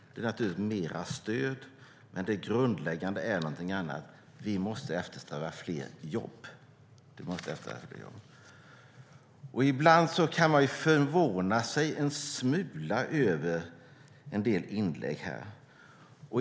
Det är naturligtvis mer stöd, men det grundläggande är något annat: Vi måste eftersträva fler jobb. Ibland kan man förvåna sig en smula över en del inlägg.